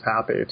happy